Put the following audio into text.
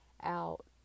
out